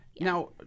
Now